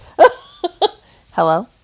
hello